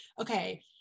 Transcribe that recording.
okay